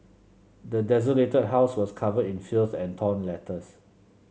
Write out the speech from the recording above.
the desolated house was covered in filth and torn letters